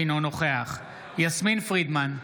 אינו נוכח יסמין פרידמן,